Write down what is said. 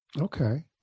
Okay